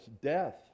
death